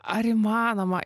ar įmanoma